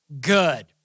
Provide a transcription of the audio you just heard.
good